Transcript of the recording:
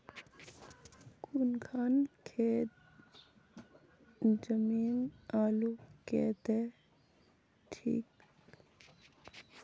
कौन खान जमीन आलूर केते ठिक?